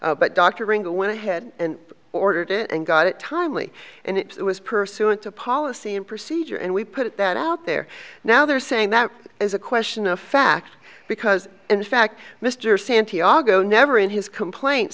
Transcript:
but doctoring going ahead and ordered it and got it timely and it was pursuant to policy and procedure and we put that out there now they're saying that is a question of fact because in fact mr santiago never in his complaint